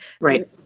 right